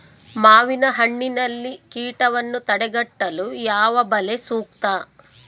ಮಾವಿನಹಣ್ಣಿನಲ್ಲಿ ಕೇಟವನ್ನು ತಡೆಗಟ್ಟಲು ಯಾವ ಬಲೆ ಸೂಕ್ತ?